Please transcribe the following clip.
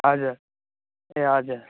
हजुर ए हजुर